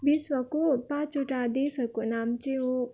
विश्वको पाँचवटा देशहरूको नाम चाहिँ हो